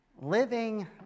living